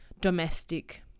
domestic